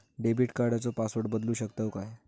Debit कार्डचो password बदलु शकतव काय?